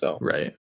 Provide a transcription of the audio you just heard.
Right